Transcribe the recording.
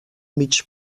mig